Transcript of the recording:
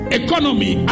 economy